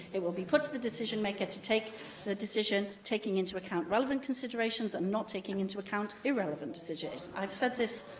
it will be put to the decision maker to take the decision, taking into account relevant considerations and not taking into account irrelevant decisions. i've said this.